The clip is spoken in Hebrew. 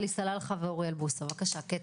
בבקשה, קטי.